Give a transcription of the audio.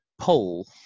poll